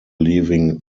leaving